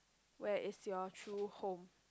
where is your true home